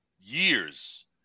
years